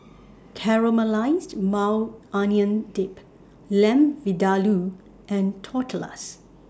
Caramelized Maui Onion Dip Lamb Vindaloo and Tortillas